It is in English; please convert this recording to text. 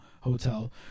hotel